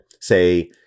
say